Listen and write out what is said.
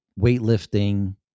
weightlifting